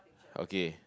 okay